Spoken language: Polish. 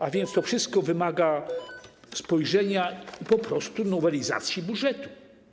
A więc to wszystko wymaga spojrzenia i po prostu nowelizacji budżetu.